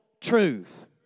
truth